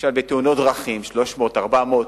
למשל בתאונות דרכים, 300 400 איש.